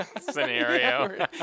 scenario